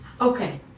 Okay